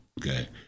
okay